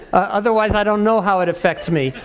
otherwise i don't know how it effects me.